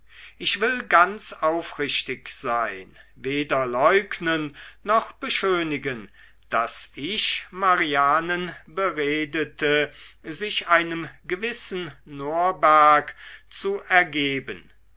ich will ganz aufrichtig sein weder leugnen noch beschönigen daß ich marianen beredete sich einem gewissen norberg zu ergeben